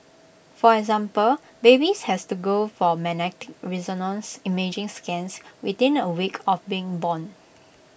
for example babies had to go for magnetic resonance imaging scans within A week of being born